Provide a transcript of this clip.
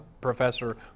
professor